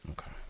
okay